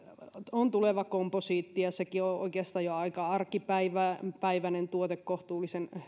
on komposiittia ja sekin on oikeastaan jo aika arkipäiväinen tuote kohtuullisen